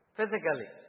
Physically